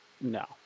no